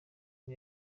bwo